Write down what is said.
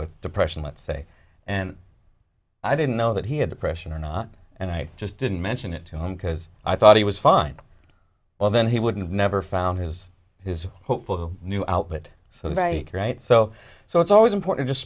with depression let's say and i didn't know that he had depression or not and i just didn't mention it to him because i thought he was fine well then he wouldn't never found his his hopeful new outfit for the break right so so it's always important